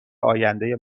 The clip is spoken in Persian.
آینده